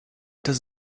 does